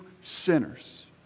sinners